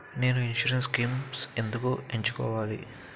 నేను insurance schemes ఎందుకు ఎంచుకోవాలి?